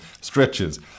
stretches